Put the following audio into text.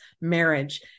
marriage